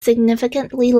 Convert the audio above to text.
significantly